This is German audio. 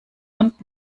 und